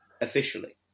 officially